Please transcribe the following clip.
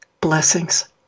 blessings